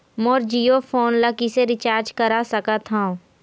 मोर Jio phone ला किसे recharge करा सकत हवं?